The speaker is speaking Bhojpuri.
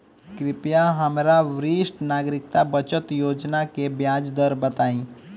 कृपया हमरा वरिष्ठ नागरिक बचत योजना के ब्याज दर बताइं